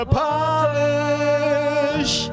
polish